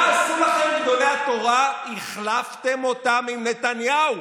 מה עשו לכם גדולי התורה שהחלפתם אותם עם נתניהו?